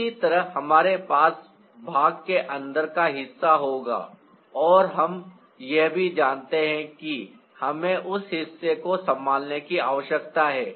इसी तरह हमारे पास भाग के अंदर का हिस्सा होगा और हम यह भी जानते हैं कि हमें उस हिस्से को संभालने की आवश्यकता है